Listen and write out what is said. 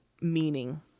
meaning